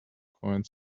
coins